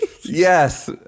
yes